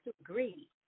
agree